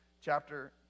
chapter